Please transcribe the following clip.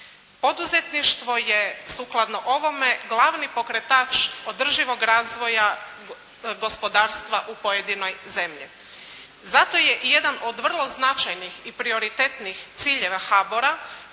Poduzetništvo je, sukladno ovome glavni pokretač održivog razvoja gospodarstva u pojedinoj zemlji. Zato je jedan od vrlo značajnih i prioritetnih ciljeva HBOR-a